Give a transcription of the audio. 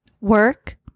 Work